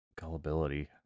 gullibility